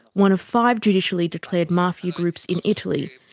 one of five judicially declared mafia groups in italy,